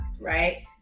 right